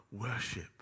worship